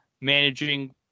managing